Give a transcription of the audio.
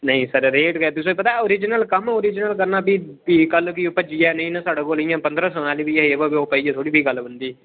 नेई्ं sir rate गै तुसें पता ओरिजिनल कम्म ओरिजिनल करना फ्ही फ्ही कल्लै गी ओह् भज्जियै नेईं ना साढ़े कोल इयां पंदरा सौ आह्ली बी ऐ ब ओह् पाइयै फ्ही थोड़ी न ओह् गल्ल बनदी